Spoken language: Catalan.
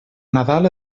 nadal